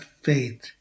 faith